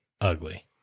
ugly